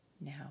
Now